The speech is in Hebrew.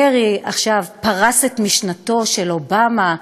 קרי פרס את משנתו של אובמה?